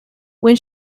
when